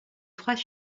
trois